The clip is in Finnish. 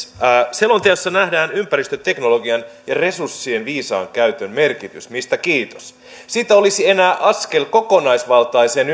selonteossa nähdään ympäristöteknologian ja resurssien viisaan käytön merkitys mistä kiitos siitä olisi enää askel kokonaisvaltaiseen